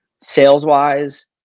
sales-wise